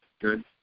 Good